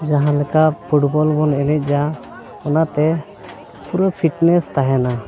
ᱡᱟᱦᱟᱸ ᱞᱮᱠᱟ ᱯᱷᱩᱴᱵᱚᱞ ᱵᱚᱱ ᱮᱱᱮᱡᱟ ᱚᱱᱟᱛᱮ ᱯᱩᱨᱟᱹ ᱯᱷᱤᱴᱱᱮᱥ ᱛᱟᱦᱮᱱᱟ